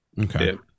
Okay